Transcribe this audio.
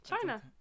China